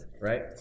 Right